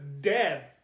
dead